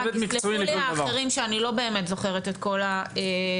יסלחו לי האחרים שאני לא באמת זוכרת את כל השמות,